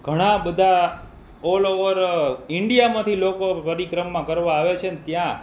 ઘણાં બધા ઓલઓવર ઇન્ડિયામાંથી લોકો પરિક્રમા કરવા આવે છે ને ત્યાં